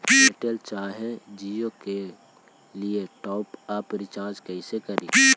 Airtel चाहे जियो के लिए टॉप अप रिचार्ज़ कैसे करी?